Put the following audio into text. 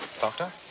Doctor